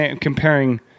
comparing